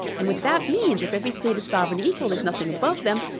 and what that means, if every state is sovereign equal, there's nothing above them,